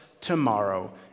tomorrow